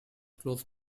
close